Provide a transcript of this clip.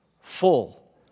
full